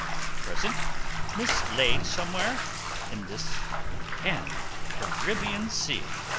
at present mislaid somewhere in this damned caribbean sea.